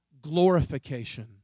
glorification